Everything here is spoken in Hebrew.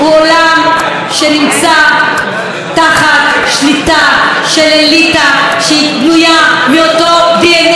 עולם שנמצא תחת שליטה של אליטה שבנויה מאותו דנ"א.